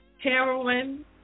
heroin